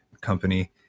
company